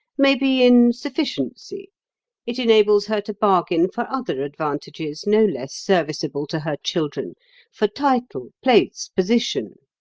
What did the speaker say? maybe in sufficiency it enables her to bargain for other advantages no less serviceable to her children for title, place, position.